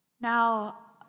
Now